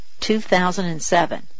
2007